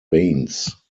veins